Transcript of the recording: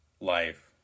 life